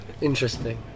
interesting